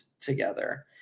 together